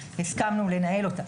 והסכמנו לנהל אותה.